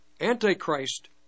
Antichrist